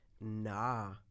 Nah